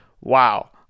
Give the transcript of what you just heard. wow